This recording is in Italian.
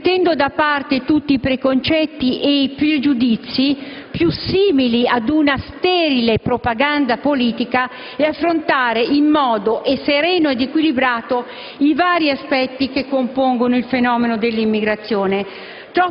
mettendo da parte tutti i preconcetti e i pregiudizi - più simili ad una sterile propaganda politica - e affrontando in modo sereno ed equilibrato i vari aspetti che compongono il fenomeno dell'immigrazione.